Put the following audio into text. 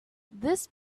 this